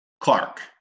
clark